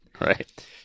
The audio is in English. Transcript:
Right